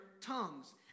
tongues